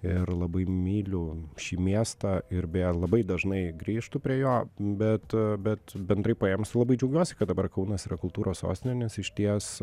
ir labai myliu šį miestą ir beje labai dažnai grįžtu prie jo bet bet bendrai paėmus labai džiaugiuosi kad dabar kaunas yra kultūros sostinė nes išties